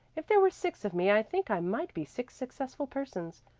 if there were six of me i think i might be six successful persons.